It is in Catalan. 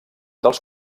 dels